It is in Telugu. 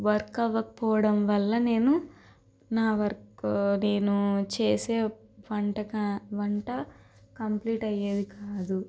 వర్క్ అవ్వకపోవడం వల్ల నేను నా వర్క్ నేను చేసే వంటక వంట కంప్లీట్ అయ్యేది కాదు